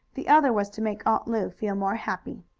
the other was to make aunt lu feel more happy.